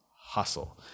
hustle